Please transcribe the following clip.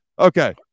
Okay